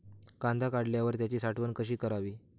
कांदा काढल्यावर त्याची साठवण कशी करावी?